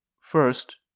First